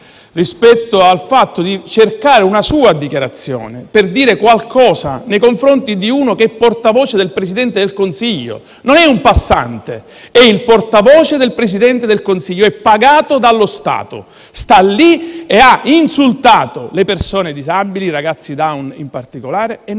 con ansia cercando una sua dichiarazione che dicesse qualcosa nei confronti di uno che è portavoce del Presidente del Consiglio: non è un passante, ma il portavoce del Presidente del Consiglio, quindi è pagato dallo Stato; sta lì ed ha insultato le persone disabili e i ragazzi Down in particolare.